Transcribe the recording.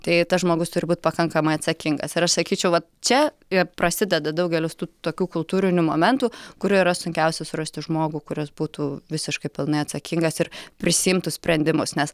tai tas žmogus turi būt pakankamai atsakingas ir aš sakyčiau vat čia ir prasideda daugelis tų tokių kultūrinių momentų kur yra sunkiausia surasti žmogų kuris būtų visiškai pilnai atsakingas ir prisiimtų sprendimus nes